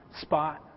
spot